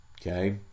Okay